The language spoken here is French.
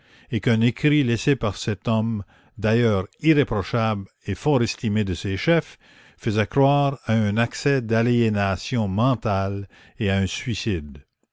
et qu'un écrit laissé par cet homme d'ailleurs irréprochable et fort estimé de ses chefs faisait croire à un accès d'aliénation mentale et à un suicide